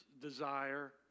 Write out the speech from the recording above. desire